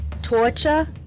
torture